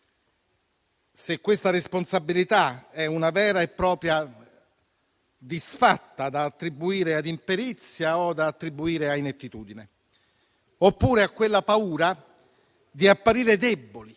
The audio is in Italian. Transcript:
se questa responsabilità è una vera e propria disfatta da attribuire ad imperizia o a inettitudine, oppure a quella paura di apparire deboli,